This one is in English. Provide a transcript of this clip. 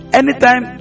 anytime